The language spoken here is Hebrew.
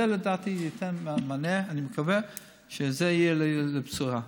זה לדעתי ייתן מענה, ואני מקווה שזה יהיה בשורה.